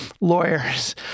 lawyers